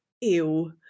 ew